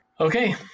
Okay